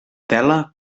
tela